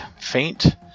faint